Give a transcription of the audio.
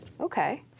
Okay